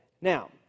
Now